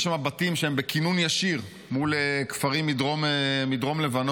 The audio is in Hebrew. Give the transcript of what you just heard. יש שם בתים שהם בכינון ישיר מול כפרים בדרום לבנון.